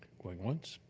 going once,